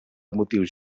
motius